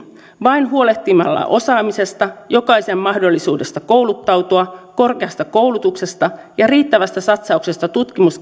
vain huolehtimalla osaamisesta jokaisen mahdollisuudesta kouluttautua korkeasta koulutuksesta ja riittävästä satsauksesta tutkimus